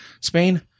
Spain